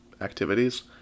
activities